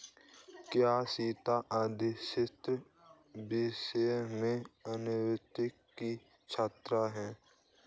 क्या सीता अर्थशास्त्र विषय में स्नातक की छात्रा है?